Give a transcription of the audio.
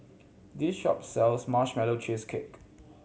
this shop sells Marshmallow Cheesecake